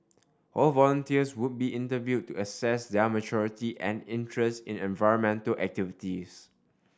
all volunteers would be interviewed to assess their maturity and interest in environmental activities